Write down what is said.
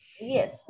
Yes